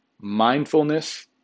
Mindfulness